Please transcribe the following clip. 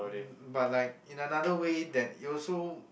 but like in another way that it also